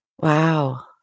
Wow